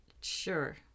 Sure